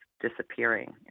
disappearing